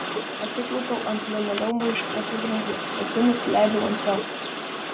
atsiklaupiau ant linoleumu išklotų grindų paskui nusileidau ant jos